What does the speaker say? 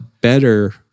better